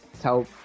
tell